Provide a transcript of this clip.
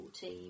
team